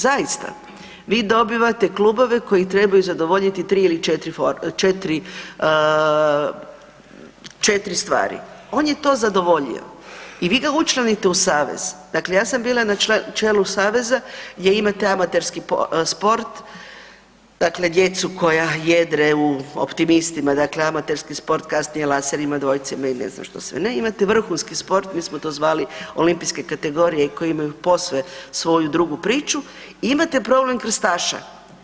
Zaista, vi dobivate klubove koji trebaju zadovoljiti tri ili četiri stvari, on je to zadovoljio i vi ga učlanite u savez, dakle ja sam bila na čelu saveza gdje imate amaterski sport, dakle djecu koja jedre u optimistima dakle amaterski sport kasnije laserima, dvojcima i ne znam što sve ne i imate vrhunski sport, mi smo to zvali olimpijske kategorije koje imaju posve svoju drugu priču i imate problem krstaša.